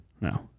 No